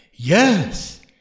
Yes